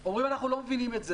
אומרים, אנחנו לא מבינים את זה.